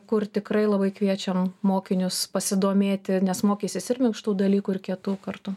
kur tikrai labai kviečiam mokinius pasidomėti nes mokysis ir minkštų dalykų ir kietų kartu